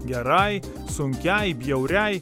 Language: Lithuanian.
gerai sunkiai bjauriai